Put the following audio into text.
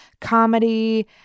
comedy